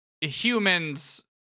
humans